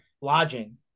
lodging